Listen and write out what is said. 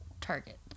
target